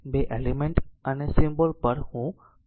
બે terminal element અને symbol પર હું પછી આવીશ